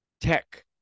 tech